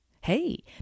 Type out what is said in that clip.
Hey